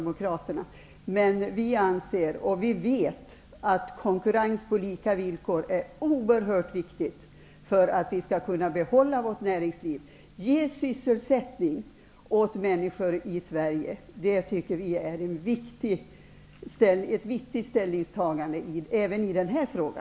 Men vi anser och vet att konkurrens på lika villkor är oerhört viktig för att Sverige skall kunna behålla sitt näringsliv och ge sysselsättning åt människorna. Det är ett viktigt ställningstagande även i denna fråga.